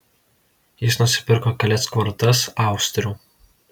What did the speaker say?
jis nupirko kelias kvortas austrių